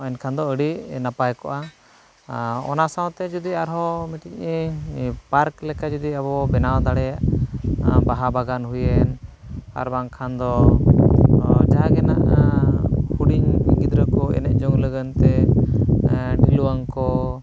ᱮᱱᱠᱷᱟᱱ ᱫᱚ ᱟᱹᱰᱤ ᱱᱟᱯᱟᱭ ᱠᱚᱜᱼᱟ ᱚᱱᱟ ᱥᱟᱶᱛᱮ ᱡᱩᱫᱤ ᱟᱨᱦᱚᱸ ᱢᱤᱫᱴᱤᱡ ᱯᱟᱨᱠ ᱞᱮᱠᱟ ᱡᱩᱫᱤ ᱟᱵᱚᱵᱚᱱ ᱵᱮᱱᱟᱣ ᱫᱟᱲᱮᱭᱟᱜ ᱵᱟᱦᱟ ᱵᱟᱜᱟᱱ ᱦᱩᱭᱮᱱ ᱟᱨ ᱵᱟᱝᱠᱷᱟᱱ ᱫᱚ ᱡᱟᱦᱟᱸᱜᱮ ᱱᱟᱦᱟᱜ ᱦᱩᱰᱤᱧ ᱜᱤᱫᱽᱨᱟᱹ ᱠᱚ ᱮᱱᱮᱡ ᱡᱚᱝ ᱞᱟᱹᱜᱤᱫᱼᱛᱮ ᱰᱷᱤᱞᱣᱟᱝ ᱠᱚ